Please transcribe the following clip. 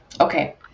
Okay